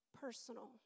personal